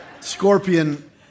scorpion